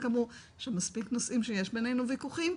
וכאמור יש מספיק נושאים שיש בינינו וויכוחים,